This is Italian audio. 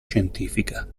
scientifica